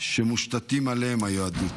שמושתתת עליהם היהדות.